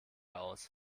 aus